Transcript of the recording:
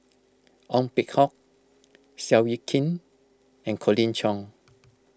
Ong Peng Hock Seow Yit Kin and Colin Cheong